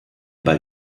bei